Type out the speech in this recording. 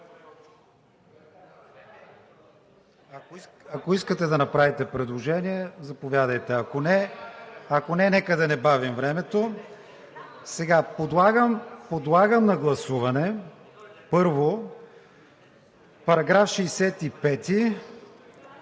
Ако искате да направите предложение, заповядайте, ако не, нека да не бавим времето. Подлагам на гласуване първо § 65,